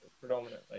Predominantly